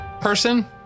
person